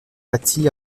bâti